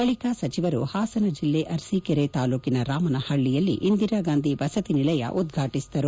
ಬಳಿಕ ಸಚಿವರು ಹಾಸನ ಜಿಲ್ಲೆ ಅರಸೀಕರೆ ತಾಲೂಕಿನ ರಾಮನಹಳ್ಳಯಲ್ಲಿ ಇಂದಿರಾಗಾಂಧಿ ವಸತಿ ನಿಲಯ ಉದ್ಘಾಟಿಸಿದರು